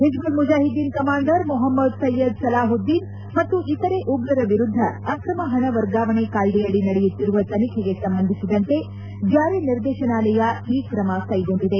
ಓಬ್ದಾಲ್ Mujahideen commander Mohammad Syed Salahuddin ಮತ್ತು ಇತರೆ ಉಗ್ರರ ವಿರುದ್ದ ಆಕ್ರಮ ಷಣ ವರ್ಗಾವಣೆ ಕಾಯ್ದೆಯಡಿ ನಡೆಯುತ್ತಿರುವ ತನಿಖೆಗೆ ಸಂಬಂಧಿಸಿದಂತೆ ಜಾರಿ ನಿರ್ದೇಶನಾಲಯ ಈ ಕ್ರಮ ಕೈಗೊಂಡಿದೆ